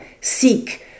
seek